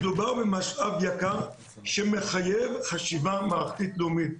מדובר במשאב יקר שמחייב חשיבה מערכתית-לאומית,